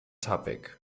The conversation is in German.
tappig